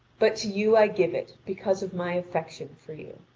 but to you i give it because of my affection for you.